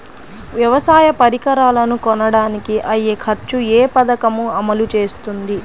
వ్యవసాయ పరికరాలను కొనడానికి అయ్యే ఖర్చు ఏ పదకము అమలు చేస్తుంది?